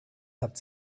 hat